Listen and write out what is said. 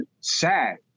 sad